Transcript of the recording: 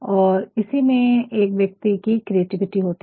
और इसी में एक व्यक्ति की क्रिएटिविटी होती है